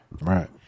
Right